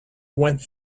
went